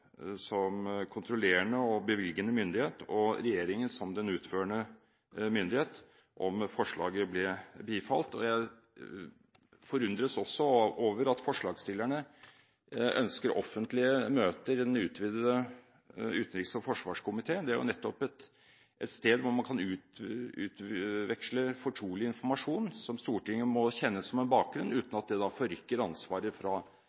som kontrollerende og bevilgende myndighet og regjeringen som den utførende myndighet, om forslaget ble bifalt. Jeg forundres også over at forslagsstillerne ønsker offentlige møter i den utvidede utenriks- og forsvarskomiteen. Det er jo nettopp et sted hvor man kan utveksle fortrolig informasjon som Stortinget må kjenne som en bakgrunn, uten at det forrykker ansvaret